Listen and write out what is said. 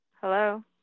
Hello